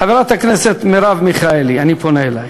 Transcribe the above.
חברת הכנסת מרב מיכאלי, אני פונה אלייך.